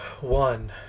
one